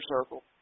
Circle